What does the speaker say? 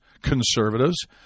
conservatives